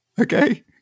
Okay